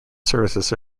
services